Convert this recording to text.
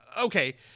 okay